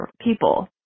people